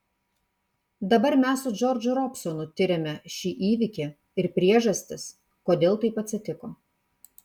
dabar mes su džordžu robsonu tiriame šį įvykį ir priežastis kodėl taip atsitiko